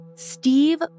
Steve